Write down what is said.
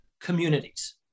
communities